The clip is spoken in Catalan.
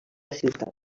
ciutat